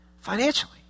financially